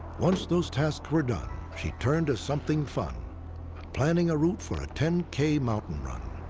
once those tasks were done, she turned to something fun planning a route for a ten k mountain run.